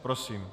Prosím.